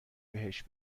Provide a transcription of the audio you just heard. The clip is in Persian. بهش